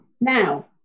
now